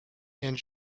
and